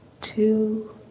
two